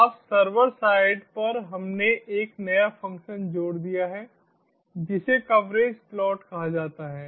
अब server side पर हमने एक नया फंक्शन जोड़ दिया है जिसे कवरेज प्लॉट कहा जाता है